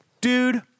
Dude